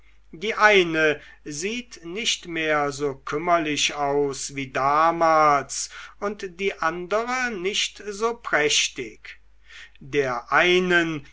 die eine sieht nicht mehr so kümmerlich aus wie damals und die andere nicht so prächtig der einen